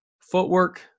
footwork